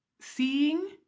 seeing